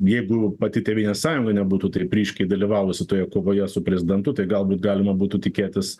jeigu pati tėvynės sąjunga nebūtų taip ryškiai dalyvavusi toje kovoje su prezidentu tai galbūt galima būtų tikėtis